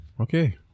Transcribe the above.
okay